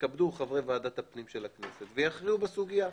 יתכבדו חברי ועדת הפנים של הכנסת ויכריעו בסוגיה.